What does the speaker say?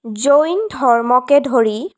জৈন ধৰ্মকে ধৰি